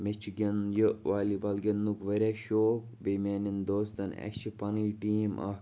مےٚ چھُ گِنٛد یہِ والی بال گِنٛدنُک واریاہ شوق بیٚیہِ میانٮ۪ن دوستَن اَسہِ چھِ پَنٕنۍ ٹیٖم اَکھ